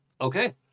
Okay